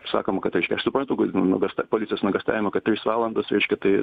sakoma kad reiškia aš suprantu kad nu gasta policijos nuogąstavimą kad trys valandos reiškia tai